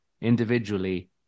individually